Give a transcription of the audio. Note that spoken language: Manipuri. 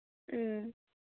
ꯎꯝ